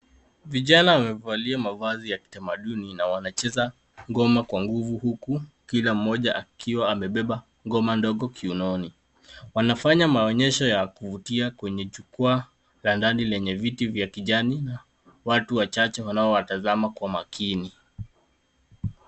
Vijani wamevalia mavazi ya kitamaduni na wamecheza ngoma kwa nguvu huku kila mmoja akiwa amebeba ngoma ndogo kiunoni. Wanafanya maonyesho ya kuvutia kwenye jukwaa la ndani lenye viti vya kijani na watu wachache wanaowatazama kwa umakini.